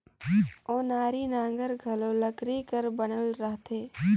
ओनारी नांगर घलो लकरी कर बनल रहथे